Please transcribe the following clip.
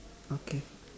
okay